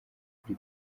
kuri